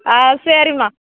ஆ சரிம்மா